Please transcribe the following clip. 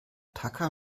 tacker